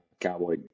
cowboy